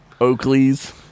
Oakley's